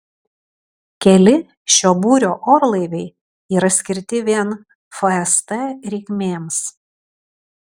keli šio būrio orlaiviai yra skirti vien fst reikmėms